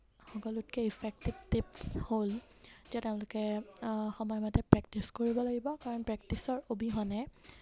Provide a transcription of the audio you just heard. সকলোতকৈ effective tips হ'ল যে তেওঁলোকে সময়মতে প্ৰেক্টিছ কৰিব লাগিব কাৰণ প্ৰেক্টিছৰ অবিহনে